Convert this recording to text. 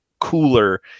cooler